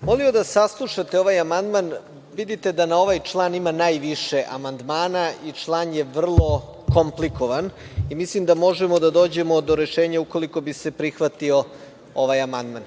voleo da saslušate ovaj amandman. Vidite da na ovaj član ima najviše amandmana i član je vrlo komplikovan i mislim da možemo da dođemo do rešenja, ukoliko bi se prihvatio ovaj amandman.